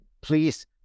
please